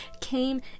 came